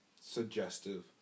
suggestive